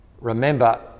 Remember